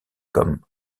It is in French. comme